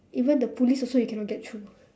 even the police also you cannot get through